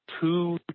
two